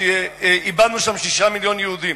שאיבדנו שם 6 מיליוני יהודים.